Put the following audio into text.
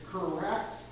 Correct